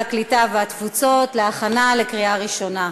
הקליטה והתפוצות להכנה לקריאה ראשונה.